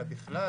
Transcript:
אלא בכלל